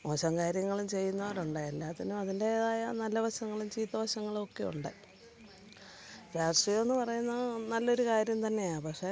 മോശം കാര്യങ്ങളും ചെയ്യുന്നവരുണ്ട് എല്ലാത്തിനും അതിൻറ്റേതായ നല്ല വശങ്ങളും ചീത്തവശങ്ങളുമൊക്കെയുണ്ട് രാഷ്ട്രീയം എന്ന് പറയുന്നത് നല്ലൊരു കാര്യം തന്നെയാണ് പക്ഷേ